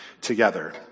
together